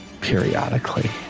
periodically